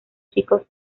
chicos